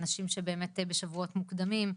נשים שבאמת בשבועות מוקדמים.